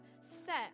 set